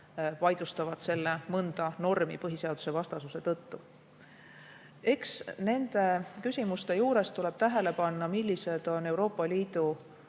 vaidlustavad selle mõne normi põhiseadusvastasuse tõttu. Eks nende küsimuste juures tuleb tähele panna, millised on Euroopa Liidu